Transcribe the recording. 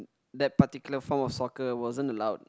that particular form of soccer wasn't allowed